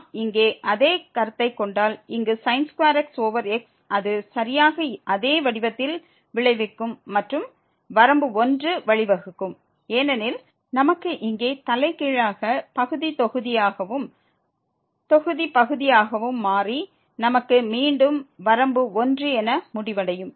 நாம் இங்கே அதே கருத்தை கொண்டால் இங்கு x ஓவர் x அது சரியாக அதே வடிவத்தில் விளைவிக்கும் மற்றும் வரம்பு 1க்கு வழிவகுக்கும் ஏனெனில் நமக்கு இங்கே தலைகீழாக பகுதி தொகுதியாகவும் தொகுதி பகுதியாகவும் மாறி நமக்கு மீண்டும் வரம்பு 1 என முடிவடையும்